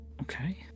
Okay